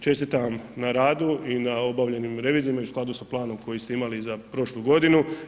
Čestitam na radu i na obavljenim revizijama u skladu sa planom koji ste imali za prošlu godinu.